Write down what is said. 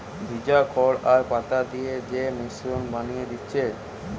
ভিজা খড় আর পাতা দিয়ে যে মিশ্রণ বানিয়ে দিচ্ছে